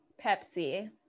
pepsi